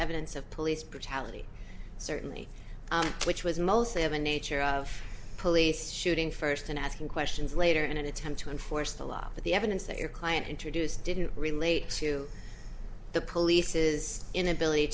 evidence of police brutality certainly which was mostly of a nature of police shooting first and asking questions later in an attempt to enforce the law but the evidence that your client introduced didn't relate to the police's inability